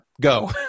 Go